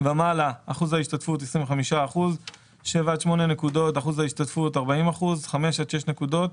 ומעלה 25% 8-7 נקודות 40% 6-5 נקודות